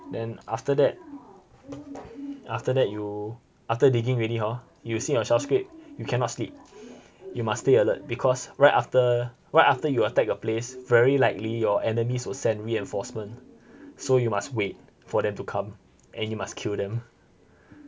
then after that after that you after digging ready hor you see your shell scrape you cannot sleep you must stay alert because right after right after you attack your place very likely your enemies will send reinforcement so you must wait for them to come and you must kill them